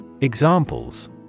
Examples